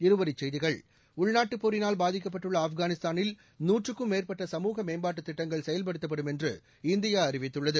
இருவரி செய்திகள் உள்நாட்டு போரினால் பாதிக்கப்பட்டுள்ள ஆப்கானிஸ்தானில் நூற்றுக்கும் மேற்பட்ட சமூக மேம்பாடு திட்டங்கள் செயல்படுத்தப்படும் என்று இந்தியா அறிவித்துள்ளது